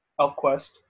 ElfQuest